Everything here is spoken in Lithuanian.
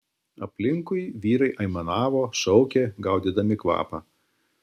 aplinkui vyrai aimanavo šaukė gaudydami kvapą